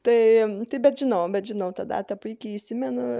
tai taip bet žinau bet žinau tą datą puikiai įsimenu